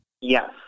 yes